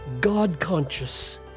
God-conscious